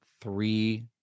three